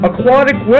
Aquatic